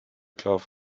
cloth